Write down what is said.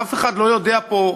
אף אחד לא יודע פה,